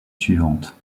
suivante